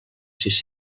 sis